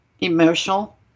emotional